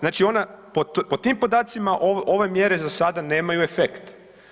Znači po tim podacima ove mjere za sada nemaju efekt.